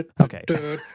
Okay